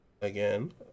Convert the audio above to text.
again